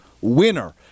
winner